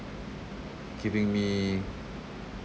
keeping me